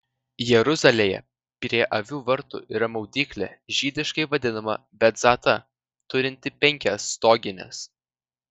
jeruzalėje prie avių vartų yra maudyklė žydiškai vadinama betzata turinti penkias stogines